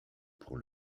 pour